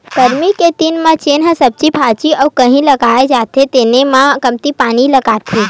गरमी के दिन म जेन ह सब्जी भाजी अउ कहि लगाए जाथे तेन म कमती पानी लागथे